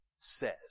says